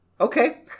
Okay